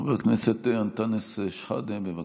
חבר הכנסת אנטאנס שחאדה, בבקשה.